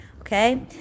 okay